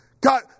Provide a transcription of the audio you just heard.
God